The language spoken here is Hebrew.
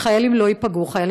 חיילים משוחררים לא ייפגעו.